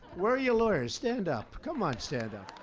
where are your lawyers? stand up. come on. stand up.